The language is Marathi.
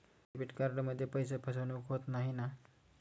डेबिट कार्डमध्ये पैसे फसवणूक होत नाही ना?